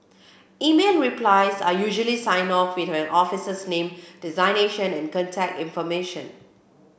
email replies are usually signed off with an officer's name designation and contact information